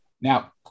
Now